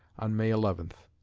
on may eleven.